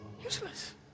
useless